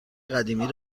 قدیمی